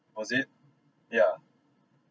was it yeah